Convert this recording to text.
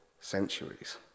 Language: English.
centuries